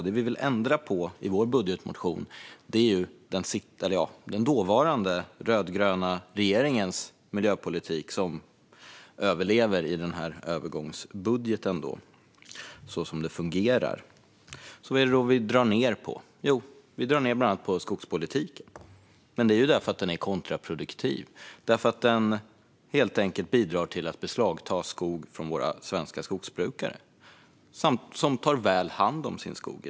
Det vi vill ändra på i vår budgetmotion är den förra rödgröna regeringens miljöpolitik, som överlever i övergångsbudgeten så som det fungerar. Vad är det vi drar ned på? Jo, bland annat på skogspolitiken. Men det är för att den är kontraproduktiv. Den bidrar till att beslagta skog från svenska skogsbrukare, som i dag tar väl hand om sin skog.